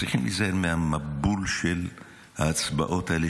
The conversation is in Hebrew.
צריכים להיזהר מהמבול של ההצעות האלה,